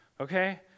okay